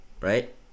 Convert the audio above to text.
Right